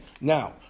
Now